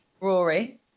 Rory